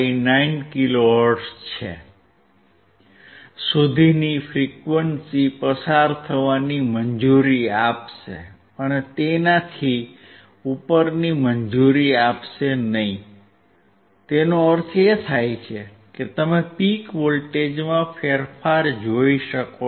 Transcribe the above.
59 kilo hertz સુધીની frequency પસાર થવાની મંજૂરી આપશે અને તેનાથી ઉપરની મંજૂરી આપશે નહીં તેનો અર્થ એ કે તમે પીક વોલ્ટેજમાં ફેરફાર જોઈ શકો છો